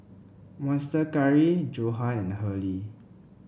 Monster Curry Johan and Hurley